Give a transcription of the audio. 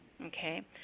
Okay